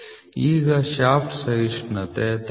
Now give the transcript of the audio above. ಈಗ ಶಾಫ್ಟ್ ಸಹಿಷ್ಣುತೆ 39